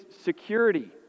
security